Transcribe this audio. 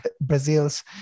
Brazil's